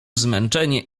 zmęczenie